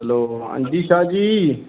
hello हां जी शाह जी